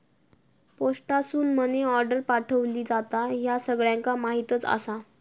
पोस्टासून money order पाठवली जाता, ह्या सगळ्यांका माहीतच आसा